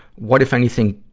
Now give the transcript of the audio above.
what, if anything,